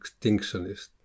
extinctionist